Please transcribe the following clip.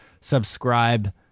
subscribe